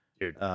Dude